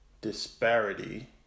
disparity